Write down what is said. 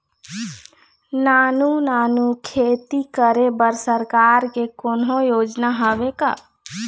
नानू नानू खेती करे बर सरकार के कोन्हो योजना हावे का?